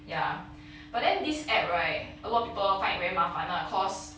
ya but then this app right a lot of people find very 麻烦 lah cause